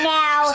now